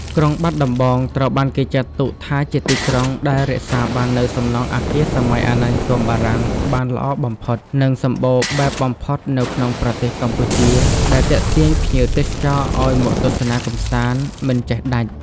ក្រុងបាត់ដំបងត្រូវបានគេចាត់ទុកថាជាទីក្រុងដែលរក្សាបាននូវសំណង់អគារសម័យអាណានិគមបារាំងបានល្អបំផុត និងសំបូរបែបបំផុតនៅក្នុងប្រទេសកម្ពុជា ដែលទាក់ទាញភ្ញៀវទេសចរឱ្យមកទស្សនាកម្សាន្តមិនចេះដាច់។